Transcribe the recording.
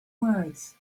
words